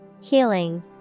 Healing